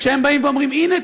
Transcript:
כשהם אומרים: הנה,